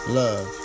love